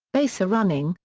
baserunning,